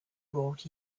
brought